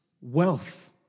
wealth